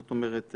זאת אומרת,